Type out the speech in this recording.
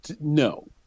no